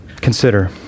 Consider